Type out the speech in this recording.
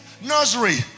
nursery